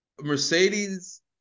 Mercedes